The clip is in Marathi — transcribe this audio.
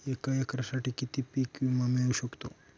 एका एकरसाठी किती पीक विमा मिळू शकतो?